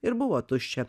ir buvo tuščia